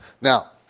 Now